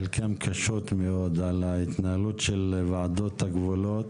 חלקן קשות מאוד, על ההתנהלות של ועדות הגבולות.